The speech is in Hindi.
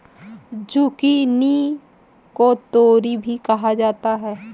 जुकिनी को तोरी भी कहा जाता है